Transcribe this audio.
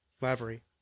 Lavery